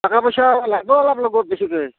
টকা পইচা লাগব অলপ লগত বেছিকৈ